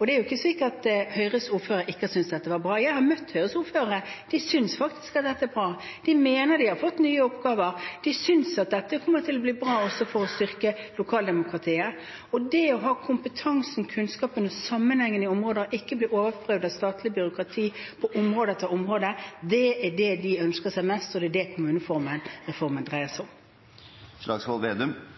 Det er ikke slik at Høyres ordførere ikke synes dette er bra. Jeg har møtt Høyres ordførere, og de synes faktisk at dette er bra. De mener de har fått nye oppgaver. De synes at dette kommer til å bli bra også for å styrke lokaldemokratiet. Det å ha kompetanse og kunnskap om sammenhengende områder og ikke bli overprøvd av statlig byråkrati på område etter område er det de ønsker seg mest, og det er det kommunereformen dreier seg om.